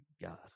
God